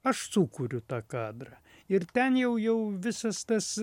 aš sukuriu tą kadrą ir ten jau jau visas tas